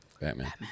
batman